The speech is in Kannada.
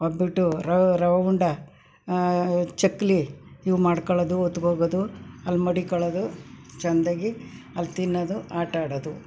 ಒಬ್ಬಟ್ಟು ರವೆ ರವೆ ಉಂಡೆ ಚಕ್ಕುಲಿ ಇವು ಮಾಡ್ಕೊಳ್ಳೋದು ಹೊತ್ಕೋ ಹೋಗೋದು ಅಲ್ಲಿ ಮಡಿಕೊಳ್ಳೋದು ಚೆಂದಾಗಿ ಅಲ್ಲಿ ತಿನ್ನೋದು ಆಟ ಆಡೋದು